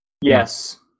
Yes